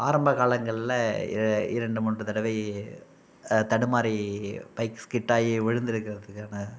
ஆரம்ப காலங்களில் இர இரண்டு மூன்று தடவை தடுமாறி பைக் ஸ்கிட்டாகி விழுந்துருக்கிறதுக்கான